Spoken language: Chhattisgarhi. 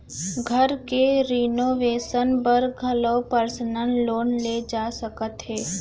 घर के रिनोवेसन बर घलोक परसनल लोन ले जा सकत हे